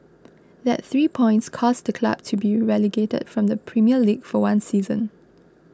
that three points caused the club to be relegated from the Premier League for one season